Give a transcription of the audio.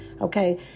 Okay